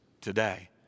today